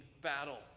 battle